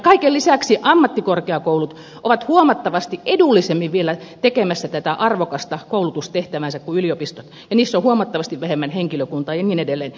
kaiken lisäksi ammattikorkeakoulut ovat huomattavasti edullisemmin vielä tekemässä tätä arvokasta koulutustehtäväänsä kuin yliopistot ja niissä on huomattavasti vähemmän henkilökuntaa ja niin edelleen